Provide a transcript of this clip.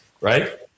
right